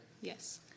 Yes